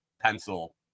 pencil